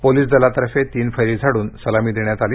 police दलातर्फे तीन फैरी झाडून सलामी देण्यात आली